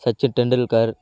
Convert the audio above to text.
Sachin Tendulkar